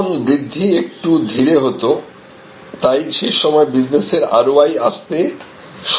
তখন বৃদ্ধি একটু ধীরে হতো তাই সেই সময় বিজনেসের ROI আসতে সময় লাগত